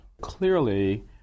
Clearly